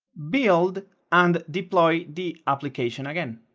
build and deploy the application again